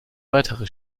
weitere